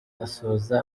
asoza